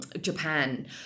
Japan